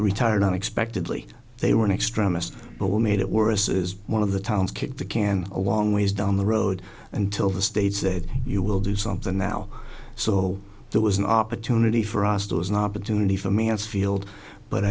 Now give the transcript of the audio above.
retired unexpectedly they were in extremest but we made it worse is one of the towns kick the can a long ways down the road until the state said you will do something now so there was an opportunity for us to an opportunity for mansfield but